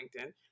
LinkedIn